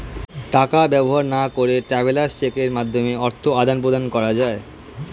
টাকা ব্যবহার না করে ট্রাভেলার্স চেকের মাধ্যমে অর্থ আদান প্রদান করা যায়